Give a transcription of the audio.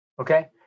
Okay